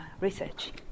research